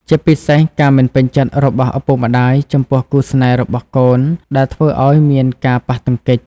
ជាពិសេស ការមិនពេញចិត្តរបស់ឪពុកម្តាយចំពោះគូស្នេហ៍របស់កូនដែលធ្វើឲ្យមានការប៉ះទង្គិច។